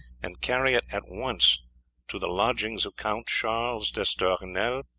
and carry it at once to the lodgings of count charles d'estournel?